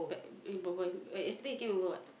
but eh but why but yesterday you came over what